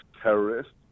terrorists